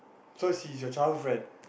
so she is your childhood friend